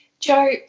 Joe